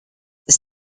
this